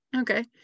Okay